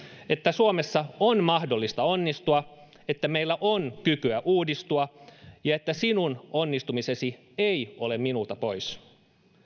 että suomessa on mahdollista onnistua että meillä on kykyä uudistua ja että sinun onnistumisesi ei ole minulta pois